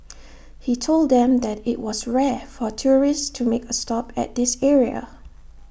he told them that IT was rare for tourists to make A stop at this area